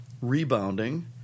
rebounding